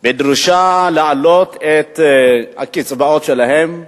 בדרישה להעלות את הקצבאות שלהם,